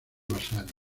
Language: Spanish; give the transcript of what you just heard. vasari